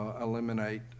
eliminate